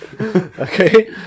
okay